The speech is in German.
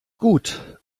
gut